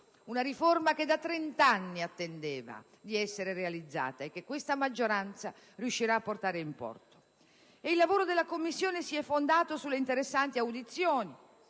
una riforma che da trent'anni attendeva di essere realizzata e che questa maggioranza riuscirà a condurre in porto. Il lavoro della Commissione si è fondato sulle interessanti audizioni